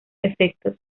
efectos